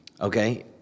okay